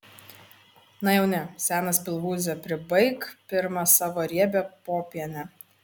na jau ne senas pilvūze pribaik pirma savo riebią popienę